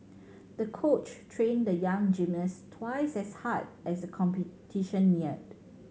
the coach trained the young gymnast twice as hard as the competition neared